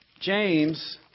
James